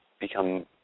become